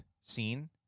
scene